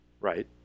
Right